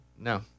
No